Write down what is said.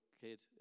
kid